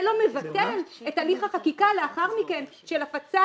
זה לא מבטל את הליך החקיקה לאחר מכן של הפצת